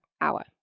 hour